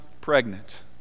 pregnant